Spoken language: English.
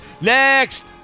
Next